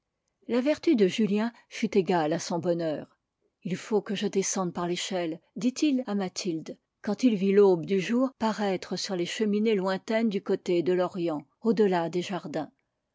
la vertu de julien fut égale à son bonheur il faut que je descende par l'échelle dit-il à mathilde quand il vit l'aube du jour paraître sur les cheminées lointaines du côté de l'orient au-delà des jardins